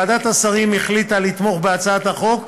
ועדת השרים החליטה לתמוך בהצעת החוק,